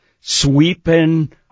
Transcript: sweeping